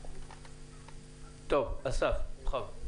אסף, בכבוד.